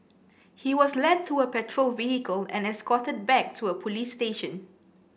he was led to a patrol vehicle and escorted back to a police station